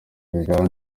rwigara